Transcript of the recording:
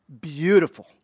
beautiful